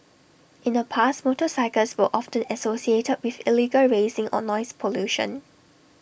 in the past motorcycles were offend associated with illegal racing or noise pollution